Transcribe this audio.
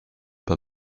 pas